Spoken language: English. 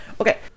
Okay